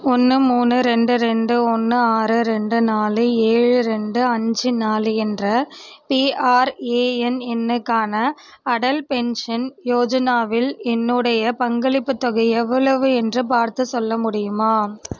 ஒன்று மூணு ரெண்டு ரெண்டு ஒன்று ஆறு ரெண்டு நாலு ஏழு ரெண்டு அஞ்சு நாலு என்ற பிஆர்ஏஎன் எண்ணுக்கான அடல் பென்ஷன் யோஜனாவில் என்னுடைய பங்களிப்புத் தொகை எவ்வளவு என்று பார்த்துச் சொல்ல முடியுமா